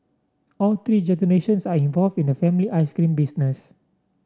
all three generations are involved in the family ice cream business